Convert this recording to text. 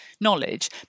knowledge